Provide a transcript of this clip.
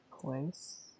place